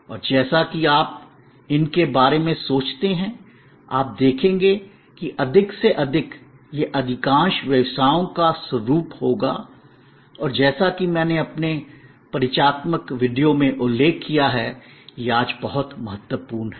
और जैसा कि आप इनके बारे में सोचते हैं आप देखेंगे कि अधिक से अधिक ये अधिकांश व्यवसायों का स्वरूप होगा और जैसा कि मैंने अपने परिचयात्मक वीडियो में उल्लेख किया है यह आज बहुत महत्वपूर्ण है